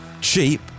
cheap